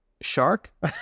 shark